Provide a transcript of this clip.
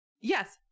yes